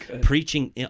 preaching